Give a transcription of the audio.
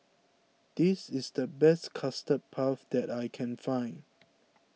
this is the best Custard Puff that I can find